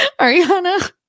Ariana